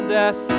death